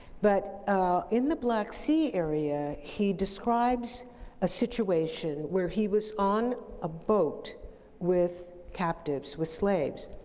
but in the black sea area, he describes a situation where he was on a boat with captives, with slaves,